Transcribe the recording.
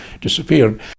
disappeared